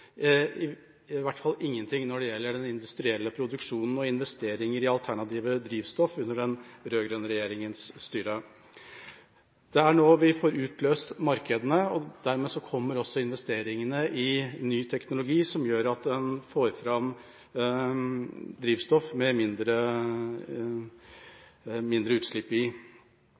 i hvert fall ingenting når det gjelder den industrielle produksjonen og investeringer i alternative drivstoff under den rød-grønne regjeringas styre. Det er nå vi får utløst markedene, og dermed kommer også investeringene i ny teknologi som gjør at en får fram drivstoff med mindre utslipp.